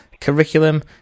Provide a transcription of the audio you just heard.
curriculum